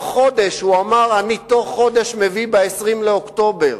ב-20 באוקטובר